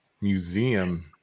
museum